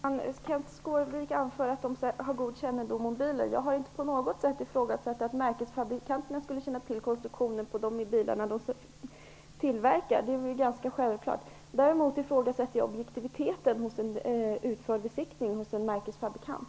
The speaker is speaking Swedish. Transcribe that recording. Fru talman! Kenth Skårvik anför att märkesfabrikanterna har god kännedom om bilen. Jag har inte på något sätt ifrågasatt att märkesfabrikanterna känner till konstruktionen på de bilar de tillverkar. Det är ju ganska självklart. Däremot ifrågasätter jag objektiviteten i en besiktning utförd av en märkesfabrikant.